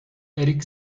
eric